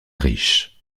riche